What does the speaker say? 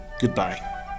goodbye